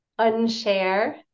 unshare